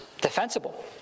defensible